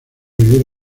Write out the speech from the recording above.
vivir